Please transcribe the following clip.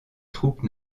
troupes